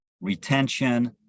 retention